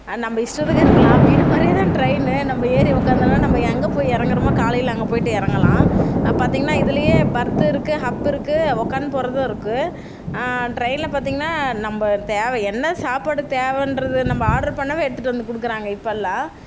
நம்ம இஷ்டத்துக்கு இருக்கலாம் வீடு மாதிரியே தான் ட்ரெயின்னு நம்ம ஏறி உட்காந்தோன்னா நம்ம எங்கே போய் இறங்குறமோ காலையில் அங்கே போயிட்டு இறங்கலாம் பார்த்திங்கன்னா இதுலேயே பர்த்து இருக்குது ஹப் இருக்குது உட்காந்து போகிறதும் இருக்குது ட்ரெயினில் பார்த்திங்கன்னா நம்ம தேவை என்ன சாப்பாடு தேவைன்றது நம்ம ஆர்டர் பண்ணிணவே எடுத்துகிட்டு வந்து கொடுக்குறாங்க இப்போல்லாம்